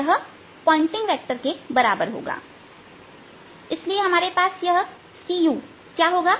यह Poynting vector के बराबर होगा और इसलिए हमारे पास यह c u क्या होगा